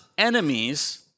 enemies